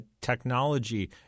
technology